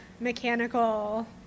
mechanical